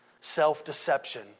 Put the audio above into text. self-deception